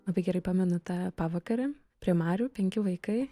labai gerai pamenu tą pavakarę prie marių penki vaikai